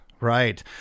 right